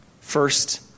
first